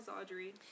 audrey